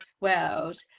world